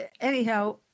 Anyhow